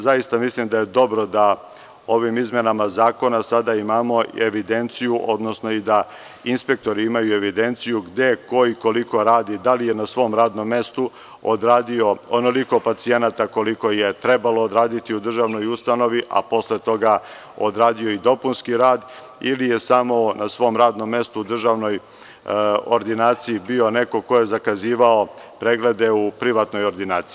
Zaista mislim da je dobro da ovim izmenama zakona sada imamo evidenciju, odnosno da inspektori imaju evidenciju gde, ko i koliko radi, da li je na svom radnom mestu odradio onoliko pacijenata koliko je trebalo odraditi u državnoj ustanovi, a posle toga odradio i dopunski rad, ili je samo na svom radnom mestu u državnoj ordinaciji bio neko ko je zakazivao preglede u privatnoj ordinaciji.